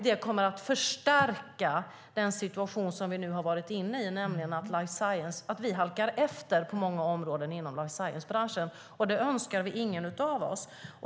Det kommer att förstärka den situation som vi nu är inne i, nämligen att vi halkar efter på många områden inom life science-branschen, och det önskar ingen av oss.